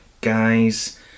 guys